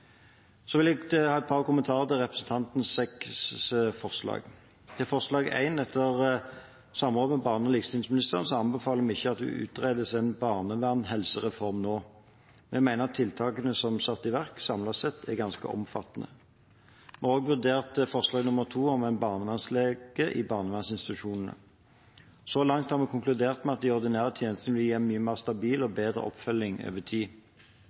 Jeg har et par kommentarer til representantenes seks forslag. Til forslag nr. 1: Etter samråd med barne- og likestillingsministeren anbefaler vi ikke at det utredes en barnevernshelsereform nå. Vi mener at tiltakene som er satt i verk, samlet sett er ganske omfattende. Vi har også vurdert forslag nr. 2, om en barnevernslege i barnevernsinstitusjonene. Så langt har vi konkludert med at de ordinære tjenestene vil gi en mye mer stabil og bedre oppfølging over tid.